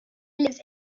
lives